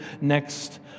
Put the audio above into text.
next